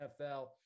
NFL